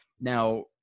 Now